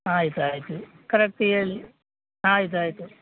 ಆಯ್ತು ಆಯಿತು ಕರೆಕ್ಟ್ ಹೇಳಿ ಆಯ್ತು ಆಯಿತು